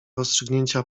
rozstrzygnięcia